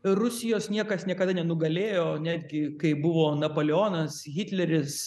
rusijos niekas niekada nenugalėjo netgi kai buvo napoleonas hitleris